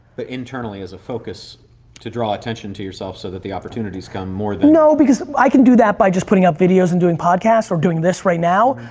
internally as a focus to draw attention to yourself so that the opportunities come more than no, because i can do that by just putting out videos and doing podcasts or doing this right now.